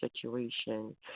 situation